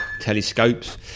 telescopes